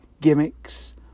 gimmicks